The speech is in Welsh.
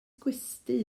gwesty